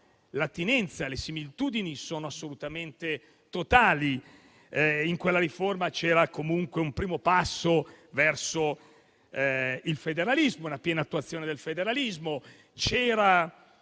L'attinenza e le similitudini, però, sono assolutamente totali. In quella riforma c'era comunque un primo passo verso il federalismo e una sua piena attuazione: c'erano